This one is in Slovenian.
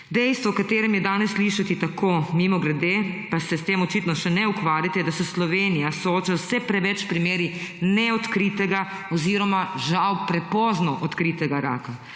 Dejstvo, o katerem je danes slišati tako mimogrede, pa se s tem očitno še ne ukvarjate, je, da se Slovenija sooča z vse preveč primeri neodkritega oziroma žal prepozno odkritega raka.